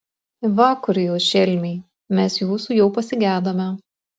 va kur jūs šelmiai mes jūsų jau pasigedome